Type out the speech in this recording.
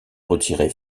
retiré